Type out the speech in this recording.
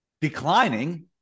declining